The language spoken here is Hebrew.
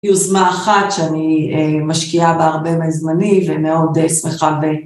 יוזמה אחת שאני משקיעה בה הרבה מהזמני ומאוד שמחה ב...